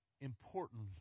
important